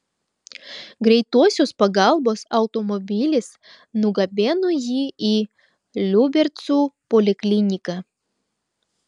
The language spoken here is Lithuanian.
greitosios pagalbos automobilis nugabeno jį į liubercų polikliniką